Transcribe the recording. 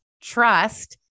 trust